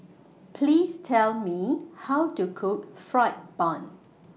Please Tell Me How to Cook Fried Bun